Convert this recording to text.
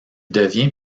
devient